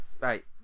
Right